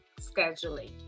scheduling